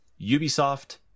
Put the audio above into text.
Ubisoft